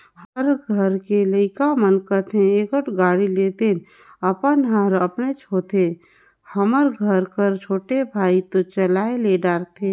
हमर घर के लइका मन कथें एगोट गाड़ी लेतेन अपन हर अपनेच होथे हमर घर के छोटे भाई तो चलाये ले डरथे